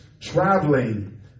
traveling